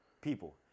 People